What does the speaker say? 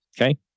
Okay